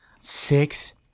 Six